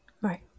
right